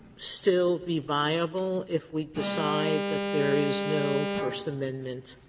still be viable if we decide that there is no first amendment